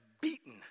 beaten